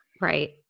Right